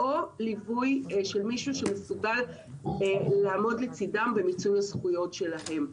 או ליווי של מישהו שמסוגל לעמוד לצידם במיצוי הזכויות שלהם.